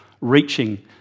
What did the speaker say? reaching